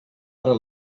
ara